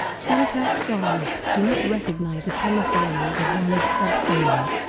some taxonomists do not recognize epomophorinae as a valid subfamily,